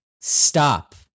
Stop